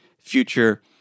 future